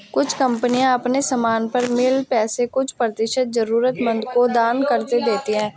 कुछ कंपनियां अपने समान पर मिले पैसे का कुछ प्रतिशत जरूरतमंदों को दान कर देती हैं